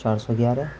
چار سو گیارہ